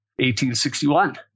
1861